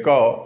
ଏକ